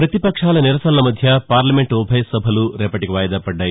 ప్రతిపక్షాల నిరసనల మధ్య పార్లమెంటు ఉభయ సభలు రేపటికీ వాయిదా పడ్డాయి